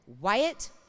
Wyatt